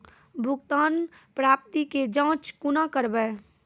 भुगतान प्राप्ति के जाँच कूना करवै?